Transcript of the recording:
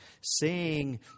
Sing